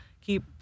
keep